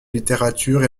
littérature